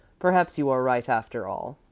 perhaps you are right, after all.